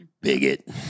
bigot